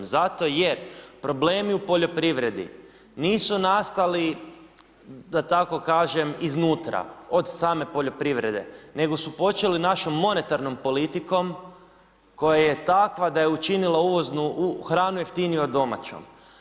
Zato jer, problemi u poljoprivredi nisu nastali da tako kažem iz nutra, od same poljoprivrede, nego su počeli našom monetarnom politikom, koja je takva da je učinila hranu jeftinijom od domaćom.